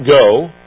go